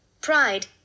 Pride